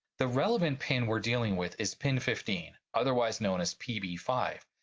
the relevant pin we're dealing with is pin fifteen. otherwise known as p b five.